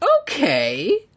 Okay